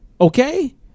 Okay